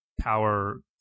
power